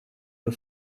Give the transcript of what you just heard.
the